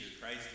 Christ